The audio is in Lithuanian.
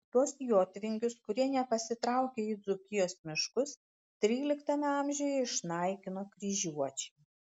tuos jotvingius kurie nepasitraukė į dzūkijos miškus tryliktame amžiuje išnaikino kryžiuočiai